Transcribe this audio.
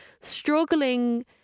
struggling